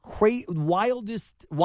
wildest